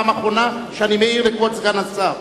זאת הפעם האחרונה שאני מעיר לכבוד סגן השר.